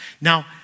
Now